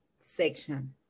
section